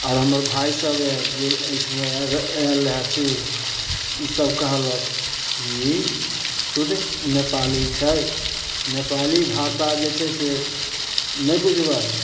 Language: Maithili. आओर हमर भाइ सभ आयल जे एहि बीचमे आयल आयल रहै से ई सभ कहलक जे ई सुध नेपाली छै नेपाली भाषा जे छै से नहि बुझबै